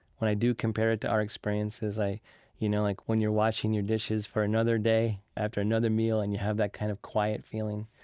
when i do compare it to our experiences you know, like when you're washing your dishes for another day after another meal and you have that kind of quiet feeling,